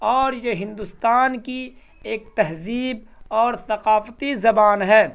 اور یہ ہندوستان کی ایک تہذیب اور ثقافتی زبان ہے